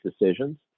decisions